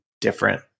different